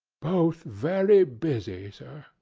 both very busy, sir.